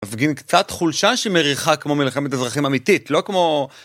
מפגין קצת חולשה שמריחה כמו מלחמת אזרחים אמיתית, לא כמו...